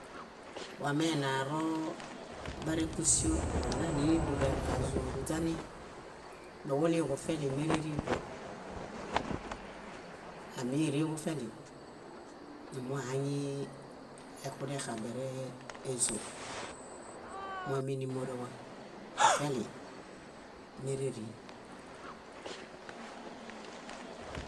. Wamenaroo bárẽkusio wala nidure ázoruźani, nuġuɭiiġufeli mérerĩko. Ámirĩġufeli, númuhaŋiiexunexabereezo. Móminimorewa, kufeli méreriŋ.